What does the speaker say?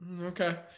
okay